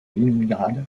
léningrad